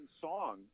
song